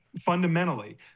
fundamentally